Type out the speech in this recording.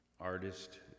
artist